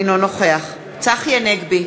אינו נוכח צחי הנגבי,